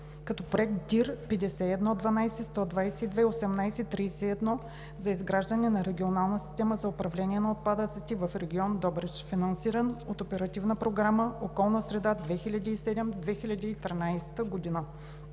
като Проект № DIR-5112122-18-31 „Изграждане на регионална система за управление на отпадъците в регион Добрич“, финансиран от Оперативна програма „Околна среда 2007 – 2013 г.“.